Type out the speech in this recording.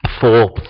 Four